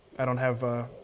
i don't have a.